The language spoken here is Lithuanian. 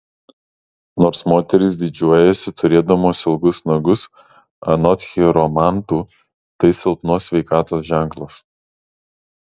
nors moterys didžiuojasi turėdamos ilgus nagus anot chiromantų tai silpnos sveikatos ženklas